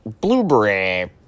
Blueberry